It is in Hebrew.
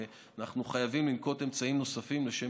ואנחנו חייבים לנקוט אמצעים נוספים לשם